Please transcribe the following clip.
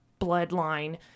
bloodline